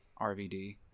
RVD